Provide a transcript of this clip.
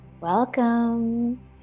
Welcome